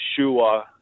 Yeshua